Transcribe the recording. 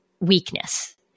weakness